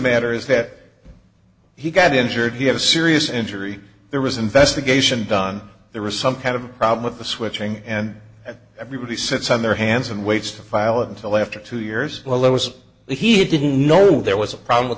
matter is that he got injured you have serious injury there was investigation done there was some kind of problem with the switching and everybody sits on their hands and waits to file until after two years well it was he didn't know there was a problem with